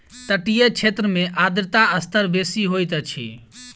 तटीय क्षेत्र में आर्द्रता स्तर बेसी होइत अछि